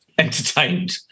entertained